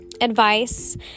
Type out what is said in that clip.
advice